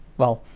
well,